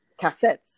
cassettes